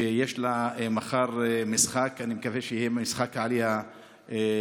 שיש לה מחר משחק אני מקווה שיהיה משחק עלייה לגביע.